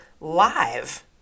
live